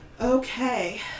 Okay